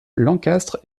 lancastre